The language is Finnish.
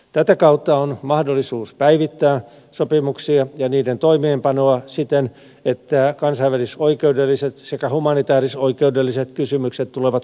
tätä kautta on mahdollisuus päivittää sopimuksia ja niiden toimeenpanoa siten että kansainvälisoikeudelliset sekä humanitaarisoikeudelliset kysymykset tulee huomioitua